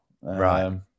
Right